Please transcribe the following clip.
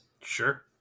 Sure